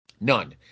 None